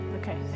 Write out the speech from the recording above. Okay